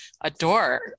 adore